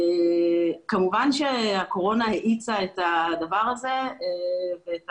כמובן שהקורונה האיצה את הדבר הזה ואת